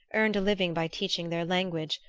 earned a living by teaching their language,